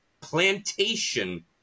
Plantation